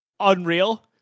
unreal